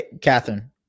Catherine